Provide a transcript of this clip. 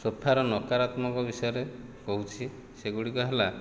ସୋଫାର ନକାରାତ୍ମକ ବିଷୟରେ କହୁଛି ସେଗୁଡ଼ିକ ହେଲା